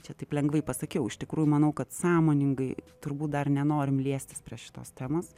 čia taip lengvai pasakiau iš tikrųjų manau kad sąmoningai turbūt dar nenorim liestis prie šitos temos